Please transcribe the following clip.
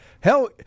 Hell